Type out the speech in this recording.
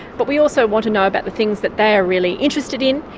but we also want to know about the things that they are really interested in,